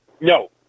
No